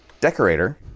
decorator